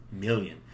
million